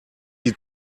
die